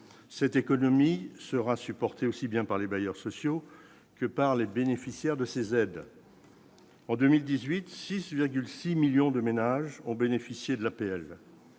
cette économie sera supporté aussi bien par les bailleurs sociaux que par les bénéficiaires de ces aides. En 2018, 6 6 millions de ménages ont bénéficié de la PLV